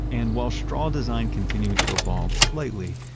and while straw design continued to evolve slightly,